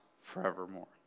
forevermore